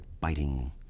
biting